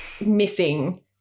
missing